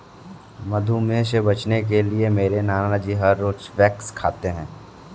मधुमेह से बचने के लिए मेरे नानाजी हर रोज स्क्वैश खाते हैं